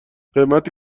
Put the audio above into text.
قیمت